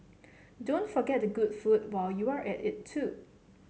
don't forget the good food while you're at it too